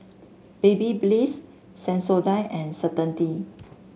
Babybliss Sensodyne and Certainty